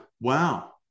wow